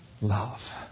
love